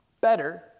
Better